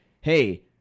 Hey